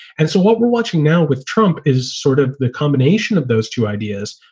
and so what we're watching now with trump is sort of the combination of those two ideas.